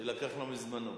שלקחנו מזמנו.